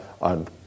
on